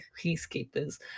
peacekeepers